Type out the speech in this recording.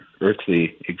earthly